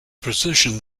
precision